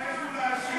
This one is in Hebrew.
מה יש לך להגיד,